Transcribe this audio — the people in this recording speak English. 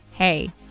Hey